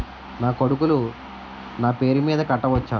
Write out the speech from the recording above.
నా కొడుకులు నా పేరి మీద కట్ట వచ్చా?